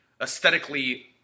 aesthetically